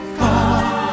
come